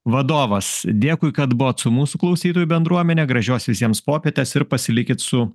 vadovas dėkui kad buvot su mūsų klausytojų bendruomene gražios visiems popietės ir pasilikit su